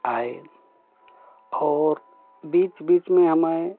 आए और बीच बीच में हमारे